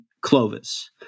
Clovis